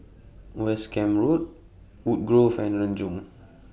West Camp Road Woodgrove and Renjong